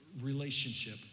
relationship